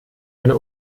eine